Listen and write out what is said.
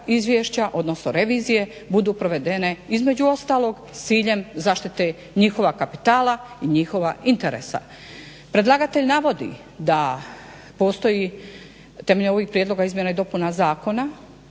izvješća odnosno revizije budu provedene između ostalog s ciljem zaštite njihova kapitala i njihova interesa. Predlagatelj navodi da postoji temeljem ovih prijedloga izmjena i dopuna Zakona